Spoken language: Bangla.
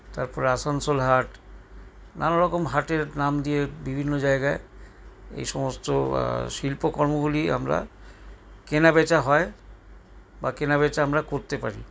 তারপরে আসানসোল হাট নানারকম হাটের নাম দিয়ে বিভিন্ন জায়গায় এই সমস্ত শিল্পকর্মগুলি আমরা কেনাবেচা হয় বা কেনাবেচা আমরা করতে পারি